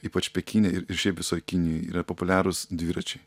ypač pekine ir ir šiaip visoj kinijoj yra populiarūs dviračiai